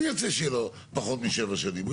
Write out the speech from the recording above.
הוא ירצה שיהיה לו פחות משבע שנים.